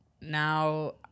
now